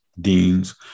deans